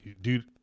dude